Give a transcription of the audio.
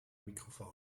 microfoon